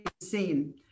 seen